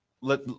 let